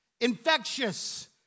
infectious